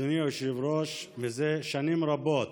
אדוני היושב-ראש, מזה שנים רבות